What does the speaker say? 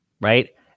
right